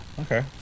Okay